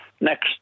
next